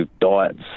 diets